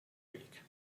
week